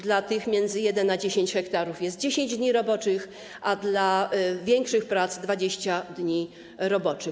Dla tych między 1 a 10 ha jest 10 dni roboczych, a dla większych prac - 20 dni roboczych.